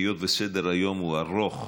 היות שסדר-היום הוא ארוך,